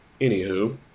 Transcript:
anywho